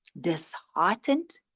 Disheartened